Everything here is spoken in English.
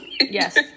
Yes